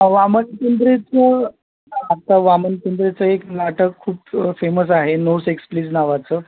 हां वामन केंद्रेचं आता वामन केंद्रेचं एक नाटक खूप फेमस आहे नो सेक्स प्लिज नावाचं